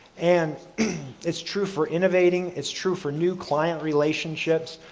and it's true for innovating, its true for new client relationships,